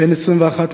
בן 21,